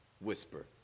whisper